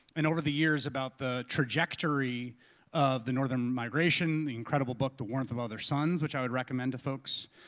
and over the years about the trajectory of the northern migration. the incredible book the warmth of other suns, which i would recommend to folks,